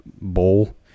bowl